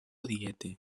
diete